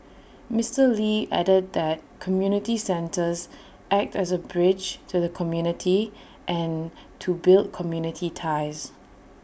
Mister lee added that community centres act as A bridge to the community and to build community ties